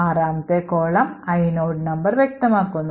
ആറാമത്തെ column inode number വ്യക്തമാക്കുന്നു